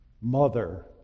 mother